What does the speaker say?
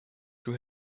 were